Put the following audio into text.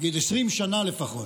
נגיד, 20 שנה לפחות,